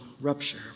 rupture